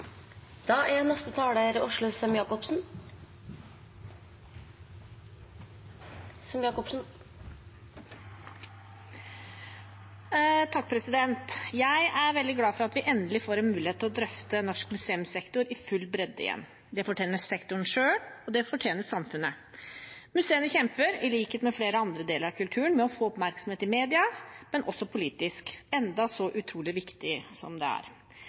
at vi endelig får en mulighet til å drøfte norsk museumssektor i full bredde igjen. Det fortjener sektoren selv, og det fortjener samfunnet. Museene kjemper, i likhet med flere andre deler av kulturen, med å få oppmerksomhet i mediene, men også politisk – enda så utrolig viktig som det er